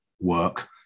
work